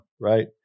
right